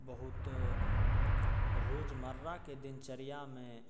बहुत रोजमर्राके दिनचर्यामे